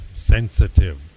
sensitive